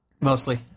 mostly